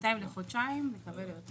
בינתיים לחודשיים, נקווה ליותר.